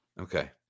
Okay